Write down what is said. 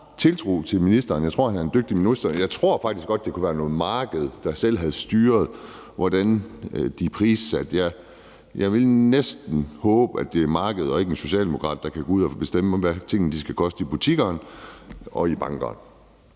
han er en dygtig minister. Jeg tror faktisk godt, det kunne have været markedet, der selv styrede, hvordan de prissatte det. Jeg havde næsten håbet, at det er markedet og ikke en socialdemokrat, der kan gå ud og bestemme, hvad tingene skal koste i butikkerne og i bankerne.